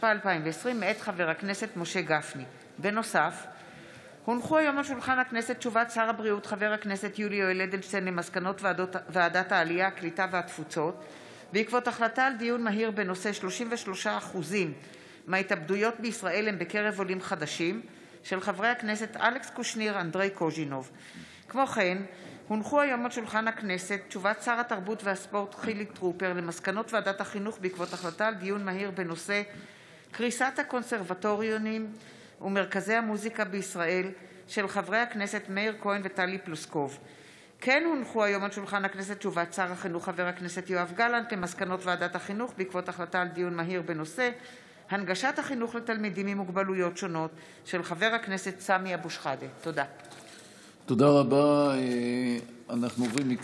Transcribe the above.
התשפ"א 2020. לדיון מוקדם,